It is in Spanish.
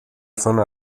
zona